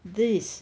this